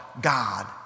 God